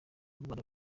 rwanda